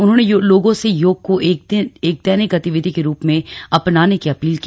उन्होंने लोगों से योग को एक दैनिक गतिविधि के रूप में अपनाने की अपील की